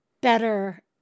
better